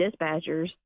dispatchers